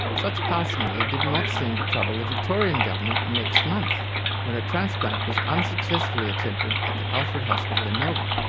such parsimony did not seem to trouble the victorian government next month when a transplant was unsuccessfully attempted at the alfred hospital in melbourne.